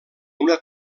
una